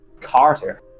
Carter